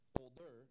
older